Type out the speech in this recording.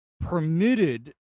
permitted